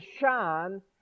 shine